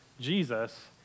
Jesus